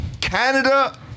Canada